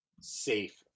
safe